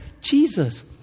jesus